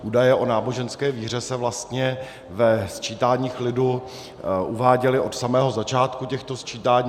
Údaje o náboženské víře se vlastně ve sčítáních lidu uváděly od samého začátku těchto sčítání.